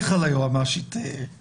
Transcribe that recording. עו"ד שרון רובינשטיין צמח,